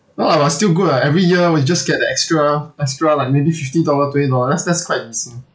!wah! but still good ah every year we just get the extra extra like maybe fifty dollar twenty dollar that's that's quite decent